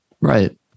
Right